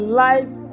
life